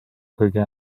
kõige